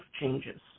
changes